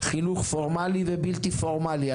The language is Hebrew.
חינוך פורמלי ובלתי פורמלי.